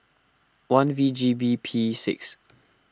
one V G B P six